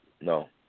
no